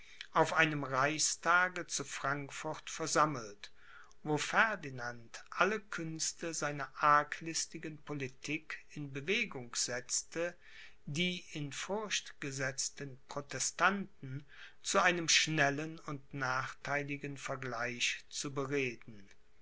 auf einem reichstage zu frankfurt versammelt wo ferdinand alle künste seiner arglistigen politik in bewegung setzte die in furcht gesetzten protestanten zu einem schnellen und nachtheiligen vergleich zu bereden